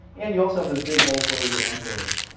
and you also have this big hole for where your ankle is.